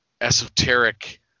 esoteric